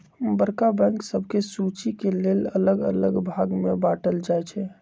बड़का बैंक सभके सुचि के लेल अल्लग अल्लग भाग में बाटल जाइ छइ